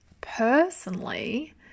personally